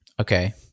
Okay